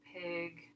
Pig